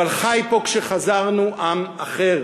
אבל חי פה כשחזרנו עם אחר,